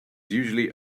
usually